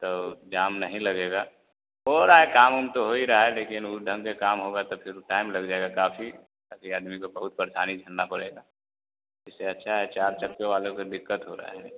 तो जाम नहीं लगेगा हो रहा है काम ओम तो हो ही रहा है लेकिन उस ढंग से काम होगा तो फिर टाइम लग जाएगा काफ़ी काफ़ी आदमी को बहुत परेशानी झेलना पड़ेगा इससे अच्छा है चार चक्के वालों को दिक्कत हो रहा है